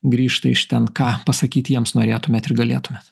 grįžta iš ten ką pasakyt jiems norėtumėt ir galėtumėt